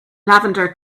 lavender